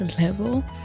level